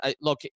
look